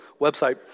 website